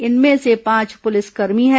इनमें से पांच पुलिसकर्मी है